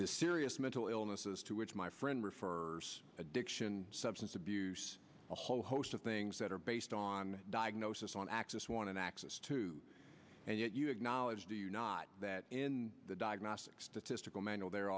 this serious mental illness is to which my friend refers addiction substance abuse a whole host of things that are based on diagnosis on access one and access to and yet you acknowledged that in the diagnostic statistical manual there